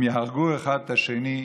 הם יהרגו אחד את השני.